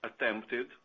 attempted